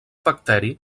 bacteri